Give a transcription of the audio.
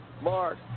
mark